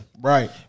Right